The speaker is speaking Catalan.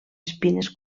espines